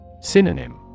Synonym